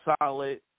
solid